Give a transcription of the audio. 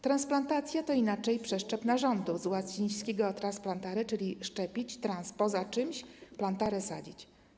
Transplantacja to inaczej przeszczep narządów, z łacińskiego „transplantare”, czyli „szczepić”, „trans” - „poza czymś”, „plantare” - „sadzić”